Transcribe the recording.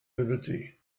liberty